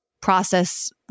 process